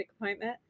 appointment